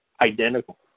identical